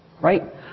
Right